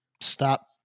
Stop